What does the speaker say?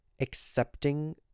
accepting